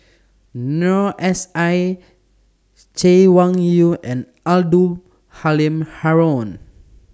Noor S I Chay Weng Yew and Abdul Halim Haron